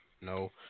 No